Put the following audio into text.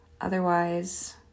otherwise